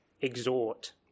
exhort